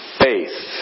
faith